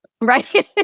right